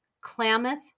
Klamath